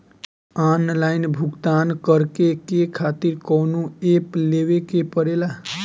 Online भुगतान करके के खातिर कौनो ऐप लेवेके पड़ेला?